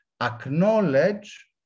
acknowledge